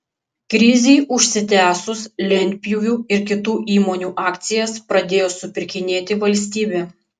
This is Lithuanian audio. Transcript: krizei užsitęsus lentpjūvių ir kitų įmonių akcijas pradėjo supirkinėti valstybė